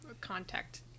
contact